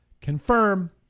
Confirm